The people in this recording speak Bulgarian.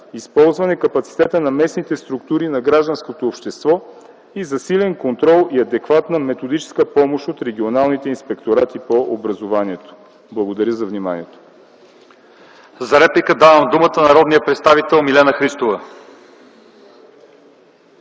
използване капацитета на местните структури на гражданското общество и засилен контрол и адекватна методическа помощ от регионалните инспекторати по образованието. Благодаря за вниманието. ПРЕДСЕДАТЕЛ ЛЪЧЕЗАР ИВАНОВ: За реплика давам думата на народния представител Милена Христова.